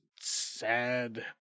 sad